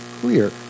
clear